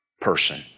person